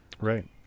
Right